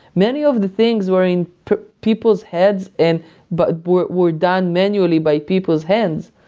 many of the things were in people's heads and but were were done manually by people's hands.